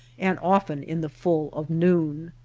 and often in the full of noon.